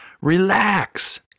Relax